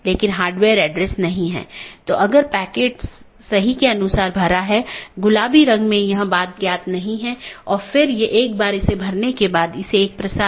जब एक BGP स्पीकरों को एक IBGP सहकर्मी से एक राउटर अपडेट प्राप्त होता है तो प्राप्त स्पीकर बाहरी साथियों को अपडेट करने के लिए EBGP का उपयोग करता है